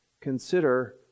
consider